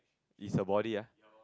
is her body ah